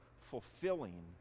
fulfilling